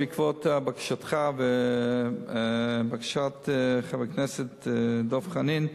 בעקבות בקשתך ובקשת חבר הכנסת דב חנין,